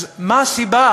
אז מה הסיבה